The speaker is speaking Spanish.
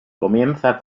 comienza